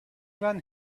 when